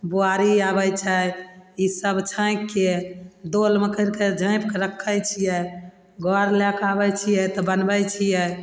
बोआरी आबय छै ई सब छाँकिके दोलमे करिके झाँपिके रखय छियै घर लएके आबय छियै तऽ बनबय छियै